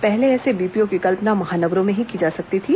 पहले ऐसे बीपीओ की कल्पना महानगरों में ही की जा सकती थी